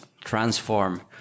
transform